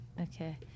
Okay